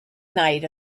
night